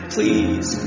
Please